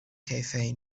cafe